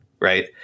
right